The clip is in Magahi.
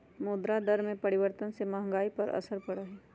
मुद्रा दर में परिवर्तन से महंगाई पर असर पड़ा हई